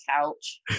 couch